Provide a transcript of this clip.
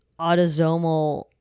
autosomal